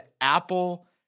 Apple